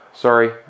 sorry